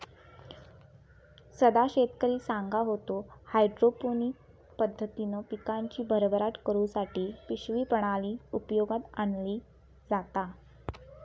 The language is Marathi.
सदा शेतकरी सांगा होतो, हायड्रोपोनिक पद्धतीन पिकांची भरभराट करुसाठी पिशवी प्रणाली उपयोगात आणली जाता